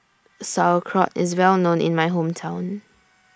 Sauerkraut IS Well known in My Hometown